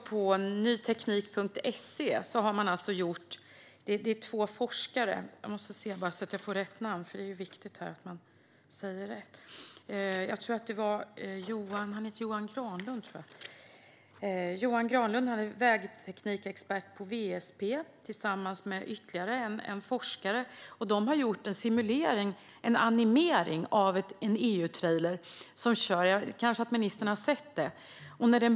På nyteknik.se har två forskare, bland annat Johan Granlund, vägteknikexpert på WSP, gjort en simulering, en animering, av en EU-trailer som kör. Kanske ministern har sett animeringen.